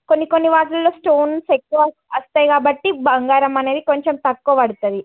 కొన్ని కొన్ని వాటిల్లో స్టోన్స్ ఎక్కువ వస్తాయి కాబట్టి బంగారం అనేది కొంచెం తక్కువ పడుతుంది